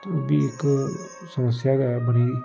ते ओह् बी इक समस्या गै ऐ बनी दी